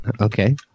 okay